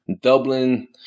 Dublin